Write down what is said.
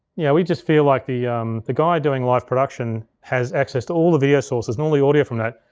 yeah we just feel like the the guy doing live production has access to all the video sources, not only audio from that.